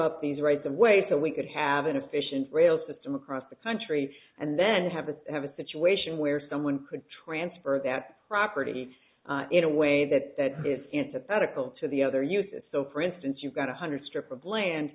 up these rights away so we could have an efficient rail system across the country and then have to have a situation where someone could transfer that property in a way that is antithetical to the other uses so for instance you've got a hundred strip of land